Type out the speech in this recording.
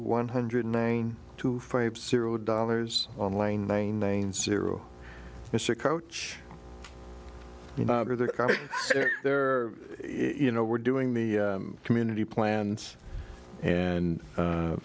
one hundred nine to five zero dollars online maintains zero mr coach there you know we're doing the community plans and